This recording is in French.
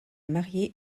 marié